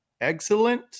excellent